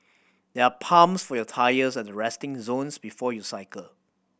there are pumps for your tyres at the resting zones before you cycle